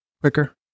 quicker